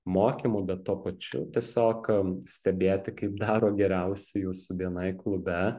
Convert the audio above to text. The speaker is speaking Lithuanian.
mokymų bet tuo pačiu tiesiog stebėti kaip daro geriausi jūsų bni klube